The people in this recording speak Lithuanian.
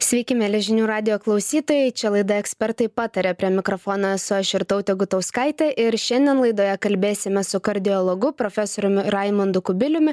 sveiki mieli žinių radijo klausytojai čia laida ekspertai pataria prie mikrofono esu aš irtautė gutauskaitė ir šiandien laidoje kalbėsime su kardiologu profesoriumi raimundu kubiliumi